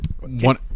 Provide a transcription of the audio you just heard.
one